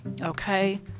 okay